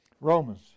Romans